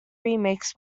remix